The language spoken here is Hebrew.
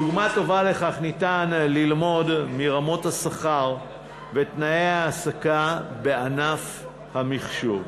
דוגמה טובה לכך יש ברמות השכר ותנאי ההעסקה בענף המחשוב,